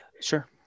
Sure